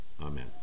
amen